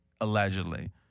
allegedly